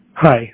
Hi